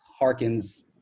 harkens